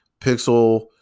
Pixel